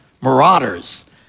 marauders